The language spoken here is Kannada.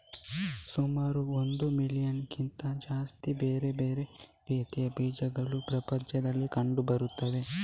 ಸುಮಾರು ಒಂದು ಮಿಲಿಯನ್ನಿಗಿಂತ ಜಾಸ್ತಿ ಬೇರೆ ಬೇರೆ ರೀತಿಯ ಬೀಜಗಳು ಪ್ರಪಂಚದಲ್ಲಿ ಕಂಡು ಬರ್ತವೆ